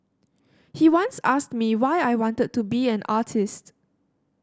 he once asked me why I wanted to be an artist